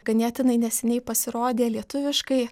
ganėtinai neseniai pasirodė lietuviškai